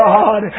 God